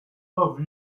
love